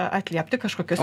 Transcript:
atliepti kažkokius